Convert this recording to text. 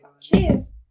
cheers